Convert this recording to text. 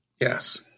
Yes